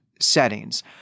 settings